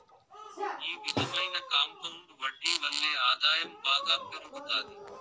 ఈ విధమైన కాంపౌండ్ వడ్డీ వల్లే ఆదాయం బాగా పెరుగుతాది